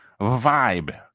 vibe